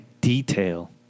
detail